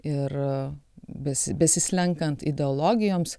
ir vis besislenkant ideologijoms